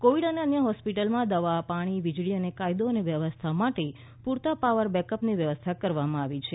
Covid અને અન્ય hospital માં દવા પાણી વીજળી અને કાયદો અને વ્યવસ્થા માટે પૂરતા પાવર બેકઅપની વ્યવસ્થા કરવામાં આવી છે